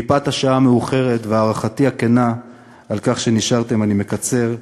מפאת השעה והערכתי הכנה על כך שנשארתם, אני מקצר.